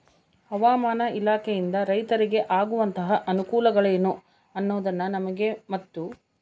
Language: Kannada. ಹವಾಮಾನ ಇಲಾಖೆಯಿಂದ ರೈತರಿಗೆ ಆಗುವಂತಹ ಅನುಕೂಲಗಳೇನು ಅನ್ನೋದನ್ನ ನಮಗೆ ಮತ್ತು?